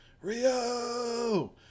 Rio